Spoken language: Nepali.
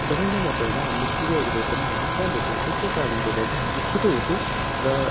दौड्नु मात्रै होइन हामीले सूर्य उदय पनि हेर्नु जाँदैथ्यो त्यसैकारणले गर्दा हामी छिटो उठ्यो र